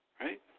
Right